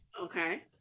Okay